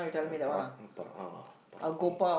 the pr~ uh pr~ uh